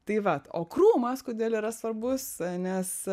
tai vat o krūmas kodėl yra svarbus nes